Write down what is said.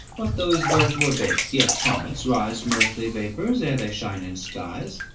what though his birth were base, yet comets rise from earthy vapours, ere they shine in skies.